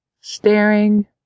staring